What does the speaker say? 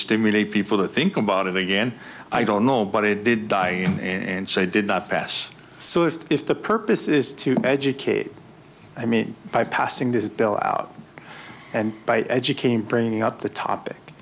stimulate people to think about it again i don't know but it did die in so i did not pass so if the purpose is to educate i mean by passing this bill out and by educating bringing up the topic